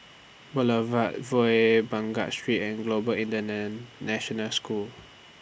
Boulevard Vue Baghdad Street and Global Indian International School